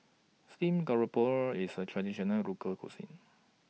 Steamed Garoupa IS A Traditional Local Cuisine